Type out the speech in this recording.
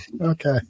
okay